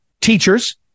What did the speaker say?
teachers